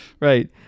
right